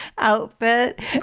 outfit